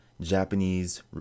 Japanese